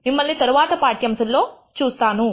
మిమ్మల్ని తరువాత పాఠ్యాంశంలో చూస్తాను